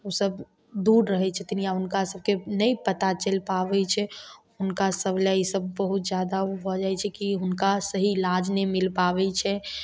ओ सब दूर रहै छथिन या हुनका सबके नहि पता चलि पाबै छै हुनका सब लए ई सब बहुत जादा ओ भऽ जाइ छै कि हुनका सही इलाज नहि मिल पाबै छै